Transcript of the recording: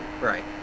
Right